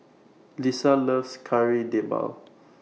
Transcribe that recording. Lissa loves Kari Debal